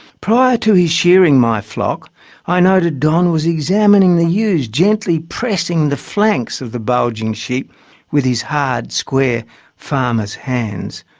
prior to his shearing my flock i noted don was examining the ewes, gently pressing the flanks of the bulging sheep with his hard, square farmer's hands.